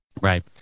Right